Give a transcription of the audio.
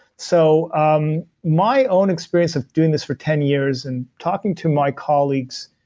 so um my own experience of doing this for ten years and talking to my colleagues,